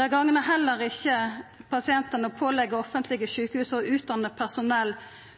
Det gagnar heller ikkje pasienten å påleggja offentlege sjukehus å utdanna personell